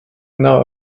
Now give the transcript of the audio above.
know